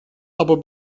aber